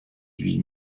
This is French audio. huit